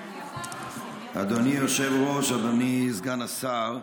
אדוני היושב-ראש, אדוני סגן השר,